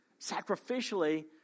sacrificially